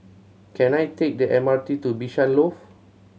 can I take the M R T to Bishan Loft